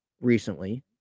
recently